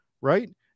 right